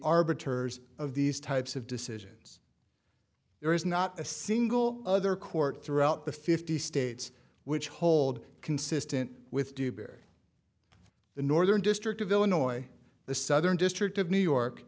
arbiters of these types of decisions there is not a single other court throughout the fifty states which hold consistent with dewberry the northern district of illinois the southern district of new york